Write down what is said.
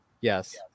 yes